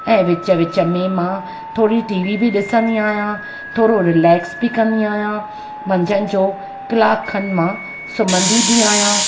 ऐं वीचु वीच में मां थोरी टी वी बि ॾिसंदी आहियां थोरो रिलैक्स बि कंदी आहियां मंझंदि जो कलाकु खनि मां सुम्हंदी बि आहियां